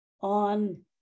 on